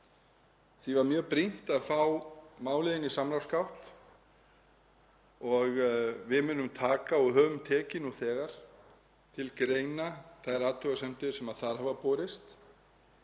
Því var mjög brýnt að fá málið inn í samráðsgátt og við munum taka og við höfum tekið nú þegar til greina þær athugasemdir sem þar hafa borist.